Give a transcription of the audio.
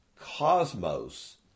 cosmos